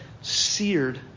seared